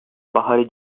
baharı